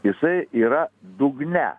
jisai yra dugne